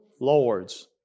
lords